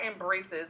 embraces